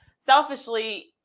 selfishly